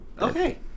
Okay